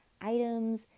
items